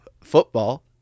football